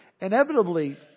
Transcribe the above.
inevitably